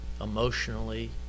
emotionally